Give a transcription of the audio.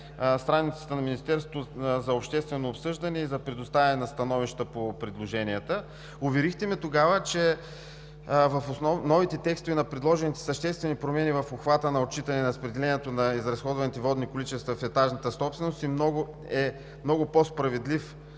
страницата на Министерството за обществено обсъждане и за предоставяне на становища по предложенията. Тогава ме уверихте, че новите текстове на предложените съществени промени в обхвата на отчитане разпределението на изразходваните водни количества в етажната собственост е много по-справедлив